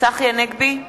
צחי הנגבי,